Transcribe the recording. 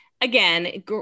again